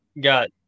got